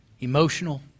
emotional